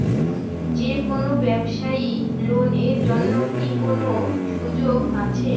যে কোনো ব্যবসায়ী লোন এর জন্যে কি কোনো সুযোগ আসে?